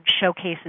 showcases